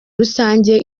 rusange